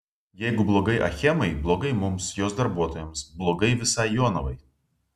jeigu blogai achemai blogai mums jos darbuotojams blogai visai jonavai